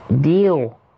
Deal